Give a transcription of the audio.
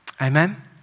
Amen